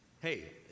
hey